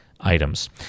Items